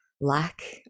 lack